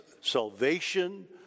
salvation